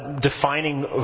defining